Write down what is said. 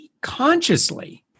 consciously